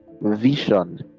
Vision